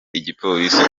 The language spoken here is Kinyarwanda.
igipolisi